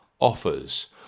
Offers